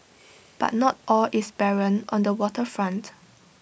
but not all is barren on the Water Front